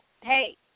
hey